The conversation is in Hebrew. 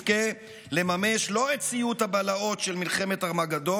אני רוצה לאחל לכולנו שנזכה לממש לא את סיוט הבלהות של מלחמת ארמגדון,